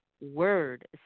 word